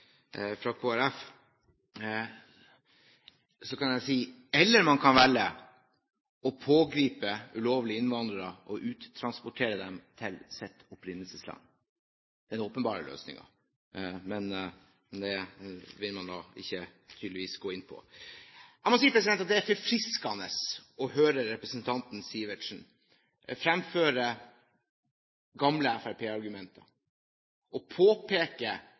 fra Kristelig Folkeparti vil jeg si: eller man kan velge å pågripe ulovlige innvandrere og uttransportere dem til sitt opprinnelsesland. Det er den åpenbare løsningen, men det vil man tydeligvis ikke gå inn på. Jeg må si at det er forfriskende å høre representanten Sivertsen fremføre gamle fremskrittspartiargumenter, og